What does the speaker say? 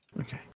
Okay